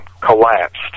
collapsed